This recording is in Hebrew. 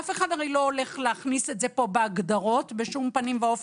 הרי אף אחד לא הולך להכניס את זה בהגדרות ולא בכדי.